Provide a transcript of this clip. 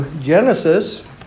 Genesis